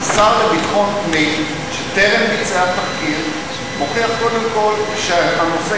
שר לביטחון פנים שטרם ביצע תחקיר מוכיח קודם כול שהנושא